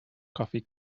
coffee